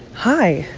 hi.